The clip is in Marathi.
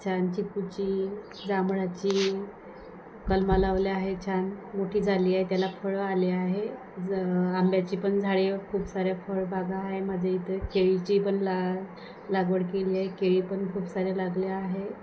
छान चिकूची जांभळाची कलमं लावली आहे छान मोठी झाली आहे त्याला फळं आले आहे ज आंब्याची पण झाडे खूप साऱ्या फळ बागा आहे माझ्या इथं केळीची पण ला लागवड केली आहे केळी पण खूप सारे लागले आहे